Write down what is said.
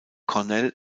cornell